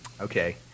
Okay